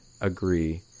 agree